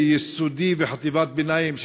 יסודי וחטיבת ביניים,